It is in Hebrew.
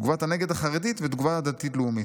תגובת-הנגד החרדית והתגובה הדתית-לאומית.